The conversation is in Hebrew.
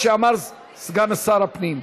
אני מוסיף לפרוטוקול את חברת הכנסת יפעת שאשא ביטון,